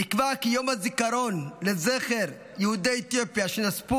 נקבע כי יום הזיכרון לזכר יהודי אתיופיה שנספו